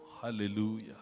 Hallelujah